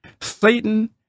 Satan